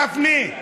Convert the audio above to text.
גפני,